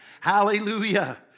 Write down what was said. Hallelujah